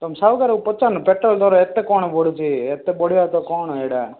ତୁମ ସାହୁକାରକୁ ପଚାରୁନ ପେଟ୍ରୋଲ୍ ଦର ଏତେ କ'ଣ ବଢ଼ୁଛି ଏତେ ବଢ଼ିଆଟା କ'ଣ ଏଇଟା